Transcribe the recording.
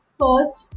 first